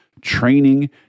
training